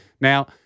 Now